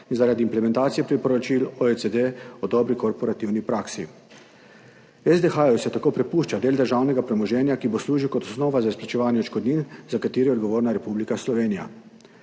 in zaradi implementacije priporočil OECD o dobri korporativni praksi. SDH se tako prepušča del državnega premoženja, ki bo služil kot osnova za izplačevanje odškodnin, za katere je odgovorna Republika Slovenija.